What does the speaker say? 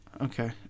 Okay